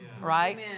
right